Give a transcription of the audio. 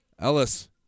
Ellis